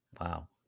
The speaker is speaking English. Wow